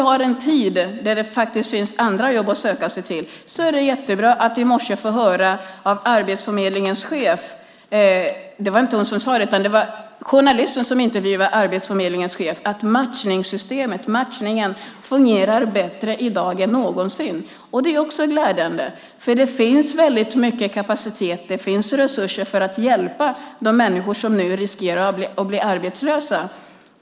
Fortfarande finns det andra jobb att söka sig till, och därför var det jättebra att i morse får höra en journalist i en intervju med Arbetsförmedlingens chef säga att matchningen fungerar bättre i dag än någonsin. Det är också glädjande, för det finns väldigt mycket kapacitet och resurser för att hjälpa de människor som nu riskerar att bli arbetslösa.